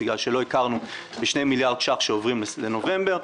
בגלל שלא הכרנו בשני מיליארד שקל שעוברים לנובמבר.